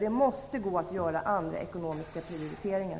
Det måste gå att göra andra ekonomiska prioriteringar.